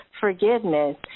forgiveness